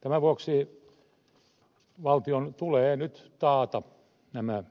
tämän vuoksi valtion tulee nyt taata tämän